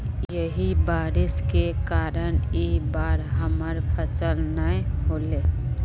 यही बारिश के कारण इ बार हमर फसल नय होले?